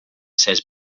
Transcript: says